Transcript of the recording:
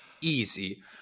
Easy